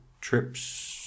trips